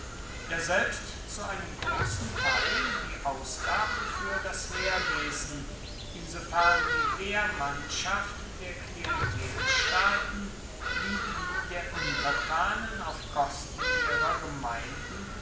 ja selbst zu einem großen teil die ausgaben für das heerwesen insofern die wehrmannschaft der klientelstaaten wie die der untertanen auf kosten ihrer gemeinden